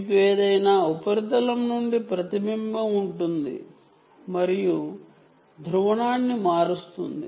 మీకు ఏదైనా ఉపరితలం నుండి ప్రతిబింబం ఉంటుంది మరియు ఇది ధ్రువణాన్ని మారుస్తుంది